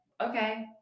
okay